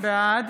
בעד